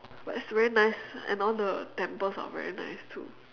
but it's very nice and all the temples are very nice too